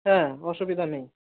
হ্যাঁ অসুবিধা নেই